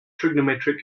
trigonometric